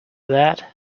that